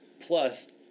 Plus